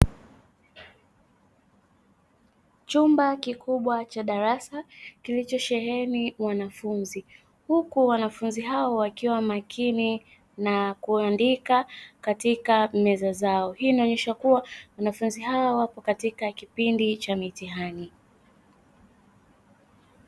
Chumba kikubwa cha darasa kilichosheheni wanafunzi, huku wanafunzi hao wakiwa makini na kuandika katika meza zao. Hii inaonyesha kua wanafunzi hawa wapo katika kipindi cha mitihani